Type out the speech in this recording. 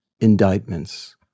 indictments